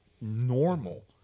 normal